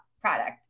product